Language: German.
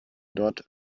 dort